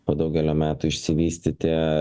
po daugelio metų išsivystyti